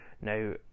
Now